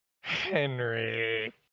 Henry